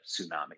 tsunami